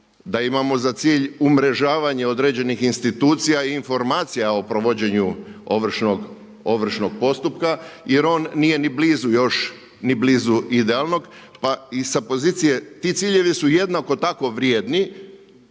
da imamo za cilj umrežavanje određenih institucija i informacija o provođenju ovršnog postupka jer on nije ni blizu još, ni blizu idealnog. Pa i sa pozicije, ti ciljevi su jednako tako vrijedni